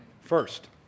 first